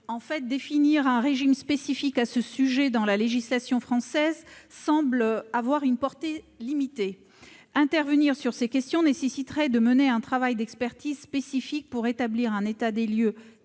Définir un régime spécifique à ce sujet dans la législation française paraît avoir une portée limitée. Intervenir sur ces questions nécessiterait de mener un travail d'expertise spécifique, pour établir un état des lieux